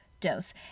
dose